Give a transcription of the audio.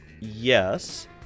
yes